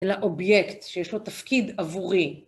אלא אובייקט שיש לו תפקיד עבורי.